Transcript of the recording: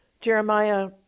Jeremiah